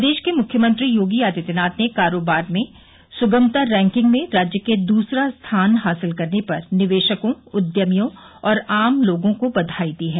प्रदेश के मुख्यमंत्री योगी आदित्यनाथ ने कारोबार में सुगमता रैकिंग में राज्य के दूसरा स्थान हासिल करने पर निवेशकों उद्यमियों और आम लोगों को बधाई दी है